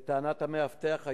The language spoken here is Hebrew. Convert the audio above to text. לטענת המאבטח,